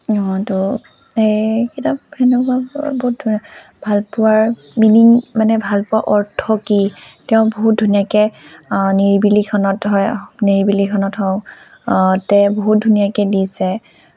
আৰু এই কিতাপ তেনেকুৱা বাৰু বহুত ধুনীয়া ভালপোৱাৰ মিনিং মানে ভালপোৱা অৰ্থ কি তেওঁ বহুত ধুনীয়াকৈ নিৰিবিলিখনত হয় নিৰিবিলিখনত হওক তেওঁ বহুত ধুনীয়াকৈ দিছে